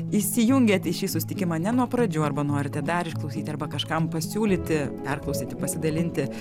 įsijungėt į šį susitikimą ne nuo pradžių arba norite dar išklausyti arba kažkam pasiūlyti perklausyti pasidalinti